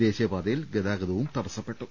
ദേശീയപാതയിൽ ഗതാഗതം തടസ്സപ്പെ ട്ടു